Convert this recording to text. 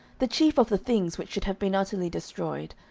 the chief of the things which should have been utterly destroyed,